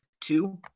two